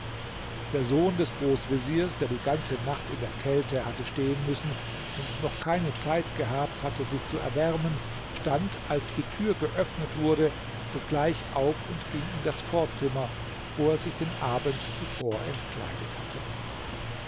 der sohn des großveziers der die ganze nacht in der kälte hatte stehen müssen und noch keine zeit gehabt hatte sich zu erwärmen stand als die tür geöffnet wurde sogleich auf und ging in das vorzimmer wo er sich den abend zuvor entkleidet hatte